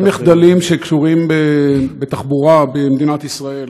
שני מחדלים שקשורים לתחבורה במדינת ישראל,